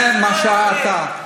זה מה שאתה.